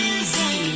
Easy